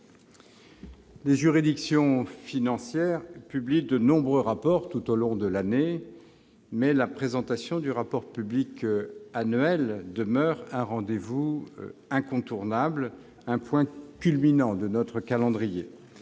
les juridictions financières publient de nombreux rapports tout au long de l'année, mais la présentation du rapport public annuel demeure un rendez-vous incontournable, un point culminant de notre calendrier.